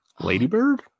ladybird